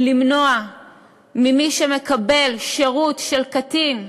שמי שמקבל שירות של קטין,